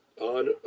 on